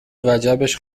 وجبش